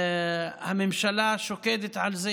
הממשלה שוקדת על זה,